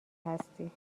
هستی